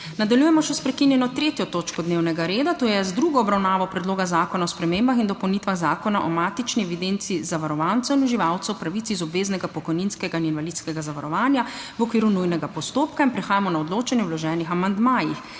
Nadaljujemo **še s prekinjeno 3. točko dnevnega reda, to je z drugo obravnavo Predloga zakona o spremembah in dopolnitvah Zakona o matični evidenci zavarovancev in uživalcev pravic iz obveznega pokojninskega in invalidskega zavarovanja v okviru nujnega postopka.** Prehajamo na odločanje o vloženih amandmajih.